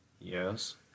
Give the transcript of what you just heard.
yes